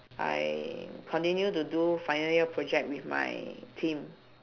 I continue to do final year project with my team